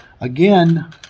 Again